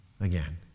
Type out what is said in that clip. Again